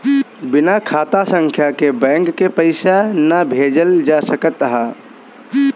बिना खाता संख्या के बैंक के पईसा ना भेजल जा सकत हअ